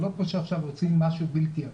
זה לא שרוצים עכשיו משהו בלתי הפיך.